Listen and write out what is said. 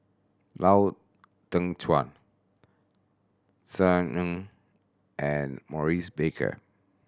Lau Teng Chuan Ng and Maurice Baker